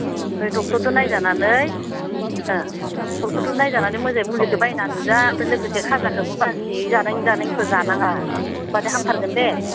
औ ओमफ्राय डक्टरजों नायजानानै ओह डक्टरजों नायजानानै मोजाङै मुलिखौ बायनानै जा ओमफ्राय लोगोसे खाजाखौबो बासि जानाङि जानाङिखौ जानाङा होनबाथाय हामथारगोन दे